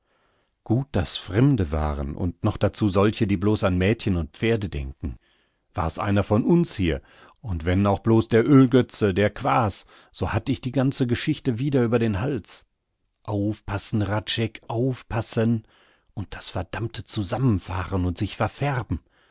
gut daß es fremde waren und noch dazu solche die blos an mädchen und pferde denken war's einer von uns hier und wenn auch blos der ölgötze der quaas so hatt ich die ganze geschichte wieder über den hals aufpassen hradscheck aufpassen und das verdammte zusammenfahren und sich verfärben